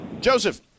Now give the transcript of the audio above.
Joseph